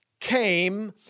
came